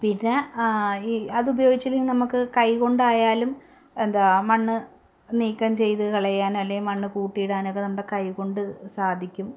പിന്നെ ഈ അത് ഉപയോഗിച്ചിട്ടുണ്ടെങ്കിൽ നമുക്ക് കൈ കൊണ്ടായാലും എന്താ മണ്ണ് നീക്കം ചെയ്ത് കളയാൻ അല്ലെങ്കിൽ മണ്ണ് കൂട്ടിയിടാനൊക്കെ നമ്മുടെ കൈ കൊണ്ട് സാധിക്കും